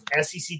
SEC